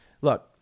look